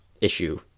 issue